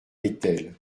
étel